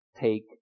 take